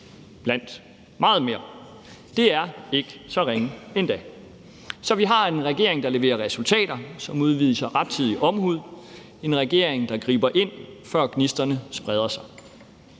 blandt meget mere. Det er ikke så ringe endda. Så vi har en regering, der leverer resultater, som udviser rettidig omhu – en regering, der griber ind, før gnisterne spreder sig.